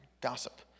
Gossip